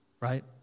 right